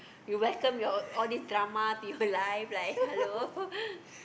you welcome your all these drama to your life like hello